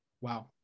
Wow